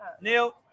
Neil